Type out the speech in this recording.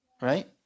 right